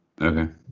okay